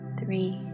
three